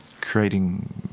creating